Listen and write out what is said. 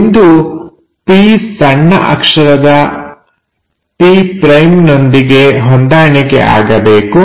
ಬಿಂದು P ಸಣ್ಣ ಅಕ್ಷರ p' ನೊಂದಿಗೆ ಹೊಂದಾಣಿಕೆ ಆಗಬೇಕು